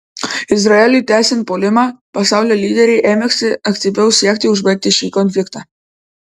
izraeliui tęsiant puolimą pasaulio lyderiai ėmėsi aktyviau siekti užbaigti šį konfliktą